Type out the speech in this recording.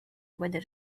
weather